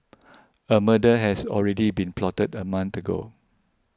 a murder has already been plotted a month ago